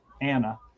anna